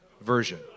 version